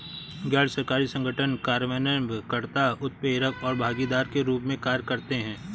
गैर सरकारी संगठन कार्यान्वयन कर्ता, उत्प्रेरक और भागीदार के रूप में कार्य करते हैं